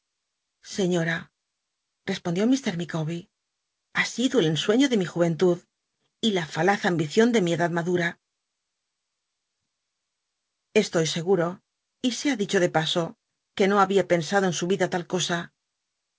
sciíora respondió lfr ilieawber ha sido el ensueño de mi juvcntucl y la falaz ambicion de mi edad machwa bstoy seguro y sea dicho de paso que no babia pensado en su vida tal cosa